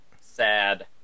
Sad